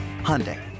Hyundai